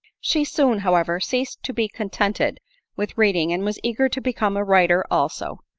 she soon, however, ceased to be contented with read ing, and was eager to become a writer also.